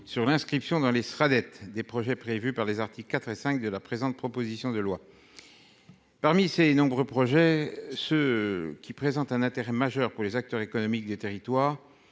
sur l'inscription dans les sera des projets prévus par les articles 4 et 5 de la présente, proposition de loi. Parmi ses nombreux projets, ce qui présente un intérêt majeur pour les acteurs économiques des territoires